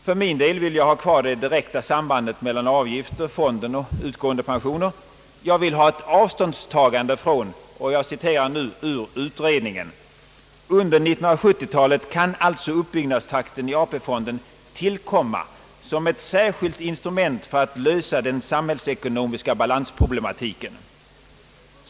För min del vill jag ha kvar det direkta sambandet mellan avgifter till fonden och utgående pensioner. Jag vill ha ett avståndstagande från vad som står i utredningen: »Under 1970-talet kan alltså uppbyggnadstakten i AP-fonden tillkomma som särskilt instrument för att lösa den samhällsekonomiska balansproblematiken.